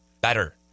better